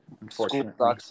unfortunately